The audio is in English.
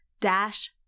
dash